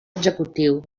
executiu